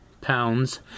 pounds